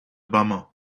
bummer